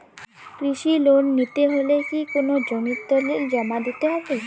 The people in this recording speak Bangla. কৃষি লোন নিতে হলে কি কোনো জমির দলিল জমা দিতে হবে?